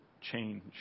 change